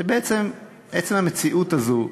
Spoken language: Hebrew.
עצם המציאות הזאת,